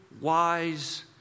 wise